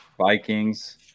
Vikings